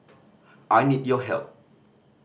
I need your help